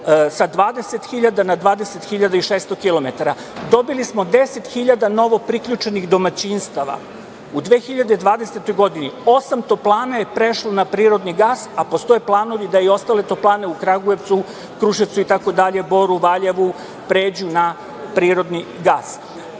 sa 20.000, na 20.600 kilometara. Dobili smo 10.000 novopriključenih domaćinstava u 2020. godini. Osam toplana je prešlo na prirodni gas, a postoje planovi da i ostale toplane u Kragujevcu, Kruševcu, Boru, Valjevu, itd. pređu na prirodni